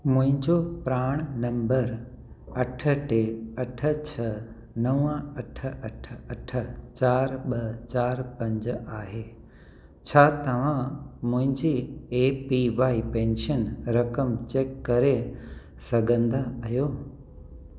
मुंहिंजो प्राण नंबर अठ टे अठ छह नवं अठ अठ अठ चार ॿ चार पंज आहे छा तव्हां मुंहिंजे ए पी वाई पेंशन रक़म चेक करे सघंदा आहियो